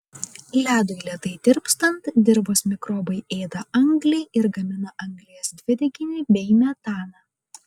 ledui lėtai tirpstant dirvos mikrobai ėda anglį ir gamina anglies dvideginį bei metaną